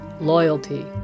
loyalty